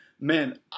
man